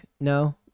No